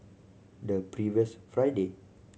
the previous Friday